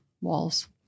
walls